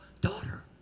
daughter